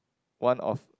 one of